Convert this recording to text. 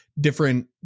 different